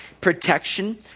protection